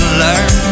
learn